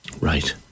Right